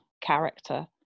character